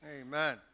Amen